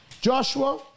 Joshua